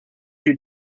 you